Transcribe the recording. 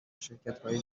شرکتهای